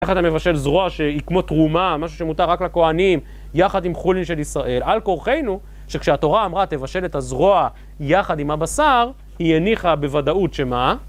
איך אתה מבשל זרוע שהיא כמו תרומה, משהו שמותר רק לכהנים יחד עם חולין של ישראל? על כורחנו שכשהתורה אמרה תבשל את הזרוע יחד עם הבשר, היא הניחה בוודאות שמה?